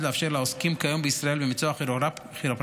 לאפשר לעוסקים כיום בישראל במקצוע הכירופרקטיקה